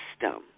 system